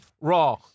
raw